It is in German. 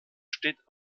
steht